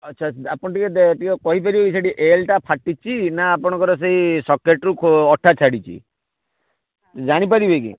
ଆଚ୍ଛା ଆପଣ ଟିକିଏ ଟିକିଏ କହିପାରିବେ କି ସେଠି ଏଲ୍ଟା ଫାଟିଛି ନା ଆପଣଙ୍କର ସେ ସର୍କେଟ୍ରୁ ଅଠା ଛାଡ଼ିଛି ଜାଣିପାରିବେ କି